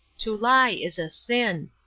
to lie is a sin.